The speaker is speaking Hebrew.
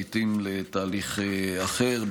לעיתים לתהליך אחר,